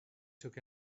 took